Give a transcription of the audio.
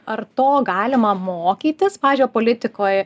ar to galima mokytis pavyzdžiui va politikoj